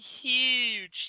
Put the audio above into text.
huge